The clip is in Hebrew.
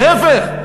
להפך,